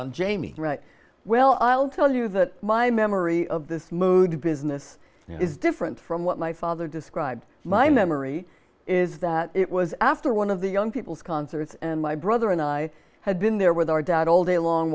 on jamie well i'll tell you that my memory of this mood business is different from what my father described my memory is that it was after one of the young people's concerts and my brother and i had been there with our dad all day long